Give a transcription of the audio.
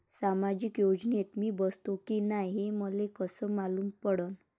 सामाजिक योजनेत मी बसतो की नाय हे मले कस मालूम पडन?